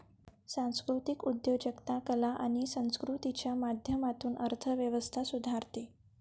सांस्कृतिक उद्योजकता कला आणि संस्कृतीच्या माध्यमातून अर्थ व्यवस्था सुधारते